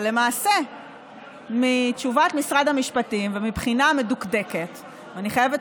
למעשה מתשובת משרד המשפטים ומבחינה מדוקדקת אני חייבת